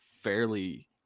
fairly